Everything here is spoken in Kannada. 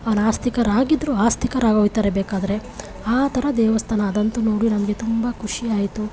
ನಾಸ್ತಿಕರಾಗಿದ್ದರೂ ಆಸ್ತಿಕರಾಗೋಗ್ತರೆ ಬೇಕಾದರೆ ಆ ಥರ ದೇವಸ್ಥಾನ ಅದಂತೂ ನೋಡಿ ನಮಗೆ ತುಂಬ ಖುಷಿಯಾಯಿತು